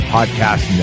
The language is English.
Podcast